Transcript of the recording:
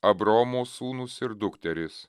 abraomo sūnūs ir dukterys